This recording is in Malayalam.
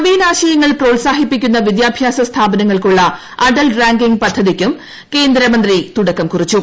നവീനാശയങ്ങൾ പ്രോൽസാഹിപ്പിക്കുന്ന വിദ്യാഭ്യാസ സ്ഥാപനങ്ങൾക്കുള്ള അടൽ റാങ്കിങ്ങ് പദ്ധതിക്കും കേന്ദ്രമന്ത്രി തുടക്കം കുറിച്ചു